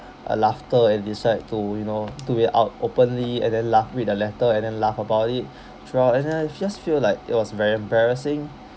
a laughter and decide to you know do it out openly and then laugh with the letter and then laugh about it throughout and then I just feel like it was very embarrassing